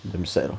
damn sad lor